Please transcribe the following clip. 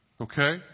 Okay